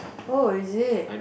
oh is it